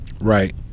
Right